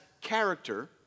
character